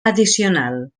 addicional